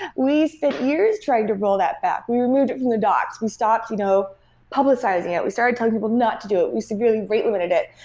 we spent years trying to roll that back. we removed it from the docs. we stopped you know publicizing it. we started telling people not to do it. we severely weight limited it.